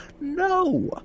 No